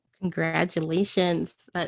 Congratulations